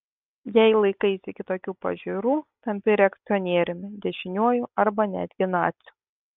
jei laikaisi kitokių pažiūrų tampi reakcionieriumi dešiniuoju arba netgi naciu